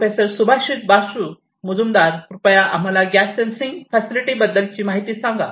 professor Subhashish Basu Majumdar कृपया आम्हाला gas sensing facility lab बद्दल माहिती सांगा